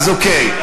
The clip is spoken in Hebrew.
אוקיי.